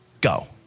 go